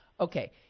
Okay